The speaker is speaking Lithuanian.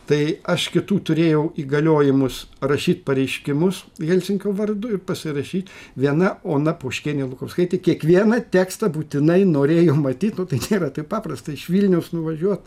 tai aš kitų turėjau įgaliojimus rašyt pareiškimus helsinkio vardu ir pasirašyt viena ona poškienė lukauskaitė kiekvieną tekstą būtinai norėjo matyt nu tai nėra taip paprasta iš vilniaus nuvažiuot